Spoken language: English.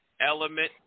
element